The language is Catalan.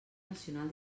nacional